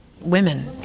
women